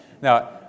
Now